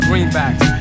Greenbacks